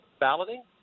balloting